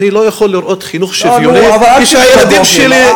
אני לא יכול לראות חינוך שוויוני כשהילדים שלי,